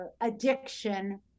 addiction